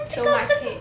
so much hate